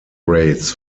rates